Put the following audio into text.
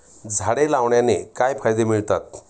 झाडे लावण्याने काय फायदे मिळतात?